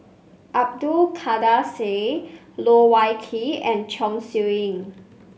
Abdul Kadir Syed Loh Wai Kiew and Chong Siew Ying